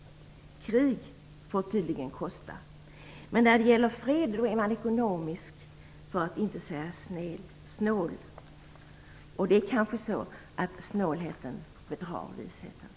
Krig får tydligen kosta. Men när det gäller fred, då är man ekonomisk för att inte säga snål. Det kanske är så att snålheten bedrar visheten.